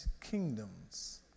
kingdoms